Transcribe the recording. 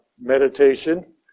meditation